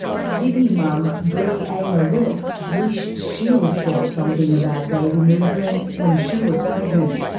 sydney mum bree amer wilkes wished she was told something about baby movements when she was pregnant